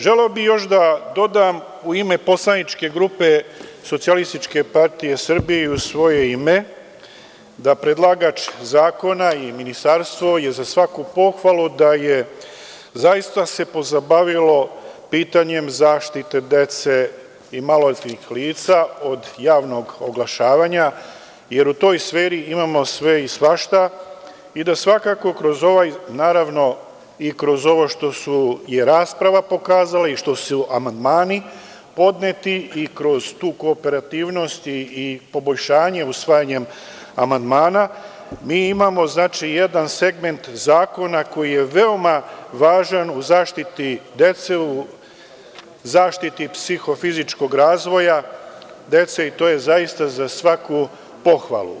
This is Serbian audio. Želeo bih još da dodam, u ime poslaničke grupe SPS i u svoje ime, da predlagač zakona i ministarstvo je za svaku pohvalu, da se zaista pozabavilo pitanjem zaštite dece i maloletnih lica od javnog oglašavanja, jer u toj sferi imamo sve i svašta i da svakako, naravno, i kroz ovo što je rasprava pokazala i što su amandmani podneti i kroz tu kooperativnost i poboljšanje usvajanjem amandmana, mi imamo, znači, jedan segment zakona koji je veoma važan u zaštiti dece, u zaštiti psihofizičkog razvoja dece i to je zaista za svaku pohvalu.